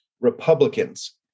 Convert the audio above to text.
Republicans